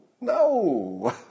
no